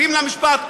מתאים למשפט?